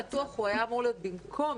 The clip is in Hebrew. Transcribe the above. הפתח הפתוח היה אמור להיות במקום,